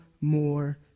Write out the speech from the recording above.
more